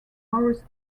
morris